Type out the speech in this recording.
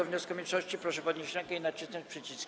wniosku mniejszości, proszę podnieść rękę i nacisnąć przycisk.